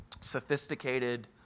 sophisticated